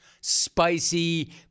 spicy